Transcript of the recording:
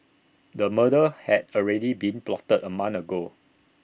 the murder had already been plotted A month ago